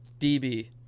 DB